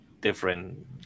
different